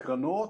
קרנות